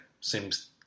Seems